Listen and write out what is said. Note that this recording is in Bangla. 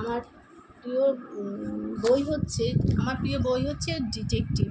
আমার প্রিয় বই হচ্ছে আমার প্রিয় বই হচ্ছে ডিটেক্টিভ